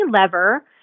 lever